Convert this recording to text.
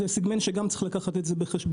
גם את הסגמנט הזה צריך לקחת בחשבון.